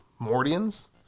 Mordians